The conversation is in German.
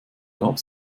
gab